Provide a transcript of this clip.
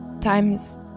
times